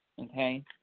Okay